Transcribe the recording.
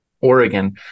Oregon